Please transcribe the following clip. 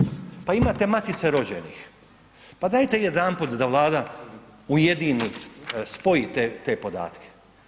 Pa imate Matice rođenih, pa dajte jedanput da Vlada ujedini, spoji te podatke.